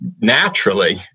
naturally